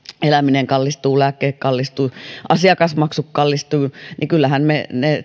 eläminen myös kallistuu lääkkeet kallistuvat asiakasmaksut kallistuvat kyllähän me ne